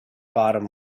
bottom